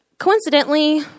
Coincidentally